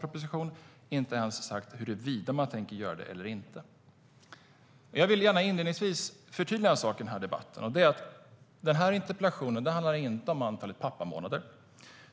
Man har inte ens sagt huruvida man tänker göra det eller inte. Jag vill gärna förtydliga en sak i debatten: Den här interpellationen handlar inte om antalet pappamånader.